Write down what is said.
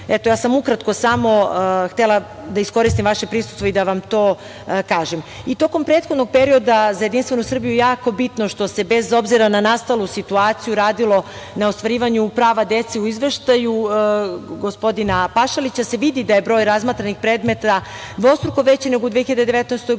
sport. Ukratko sam samo htela da iskoristim vaše prisustvo i da vam to kažem. Tokom prethodnog perioda, za JS je jako bitno što se bez obzira na nastalu situaciju radilo na ostvarivanju prava dece. U izveštaju gospodina Pašalića se vidi da je broj razmatranih predmeta dvostruko veći nego u 2019. godini,